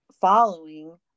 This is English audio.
following